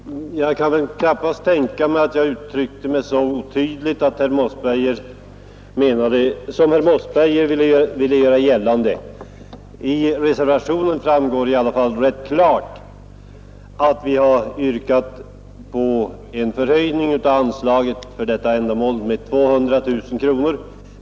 Herr talman! Jag kan väl knappast tänka mig att jag uttryckte mig så otydligt som herr Mossberger ville göra gällande. Av reservationen framgår i alla fall rätt klart att vi har yrkat på en förhöjning av anslaget för detta ändamål med 200 000 kronor.